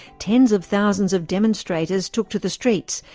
tens of thousands of demonstrators took to the streets,